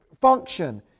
function